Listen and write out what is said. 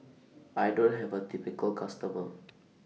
I don't have A typical customer